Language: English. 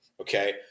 okay